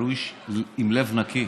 הוא איש עם לב נקי.